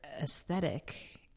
aesthetic